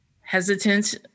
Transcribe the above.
hesitant